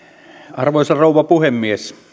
arvoisa rouva puhemies